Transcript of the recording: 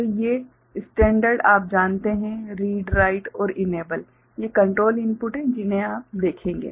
तो ये स्टैंडर्ड आप जानते हैं रीड राइट और इनेबल ये कंट्रोल इनपुट हैं जिन्हें आप देखेंगे